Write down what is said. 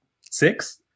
six